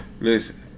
Listen